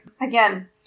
again